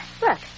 Look